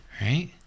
Right